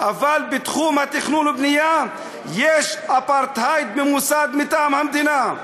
אבל בתחום התכנון והבנייה יש אפרטהייד ממוסד מטעם המדינה.